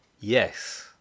yes